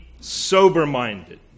sober-minded